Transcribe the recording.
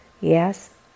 Yes